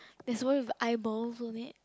there's one with eyeballs on it